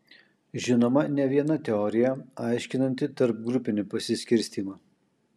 žinoma ne viena teorija aiškinanti tarpgrupinį pasiskirstymą